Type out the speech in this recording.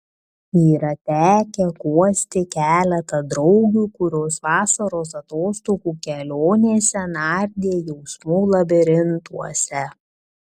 yra tekę guosti keletą draugių kurios vasaros atostogų kelionėse nardė jausmų labirintuose